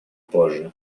позже